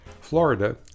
Florida